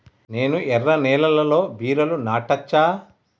నేను ఎర్ర నేలలో బీరలు నాటచ్చా?